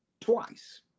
Twice